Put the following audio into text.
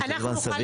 פרק זמן סביר.